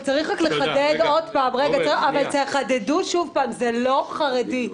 אבל תחדדו שוב פעם, זה לא רק חרדי.